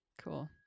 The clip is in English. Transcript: Cool